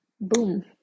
boom